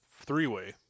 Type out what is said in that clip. three-way